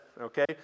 Okay